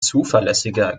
zuverlässiger